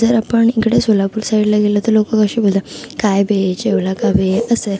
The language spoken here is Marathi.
जर आपण इकडे सोलापूर साईडला गेलो तर लोकं कसे बोलता काय बे जेवला का बे असे